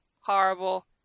horrible